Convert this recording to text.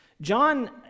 John